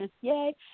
Yay